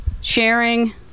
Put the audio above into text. sharing